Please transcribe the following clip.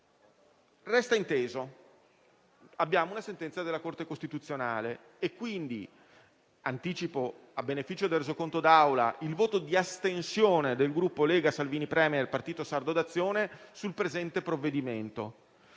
Resta inteso che abbiamo una sentenza della Corte costituzionale. Quindi, anticipo, a beneficio del resoconto d'Aula, il voto di astensione del Gruppo Lega-Salvini Premier-Partito Sardo d'Azione sul presente provvedimento.